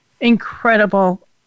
incredible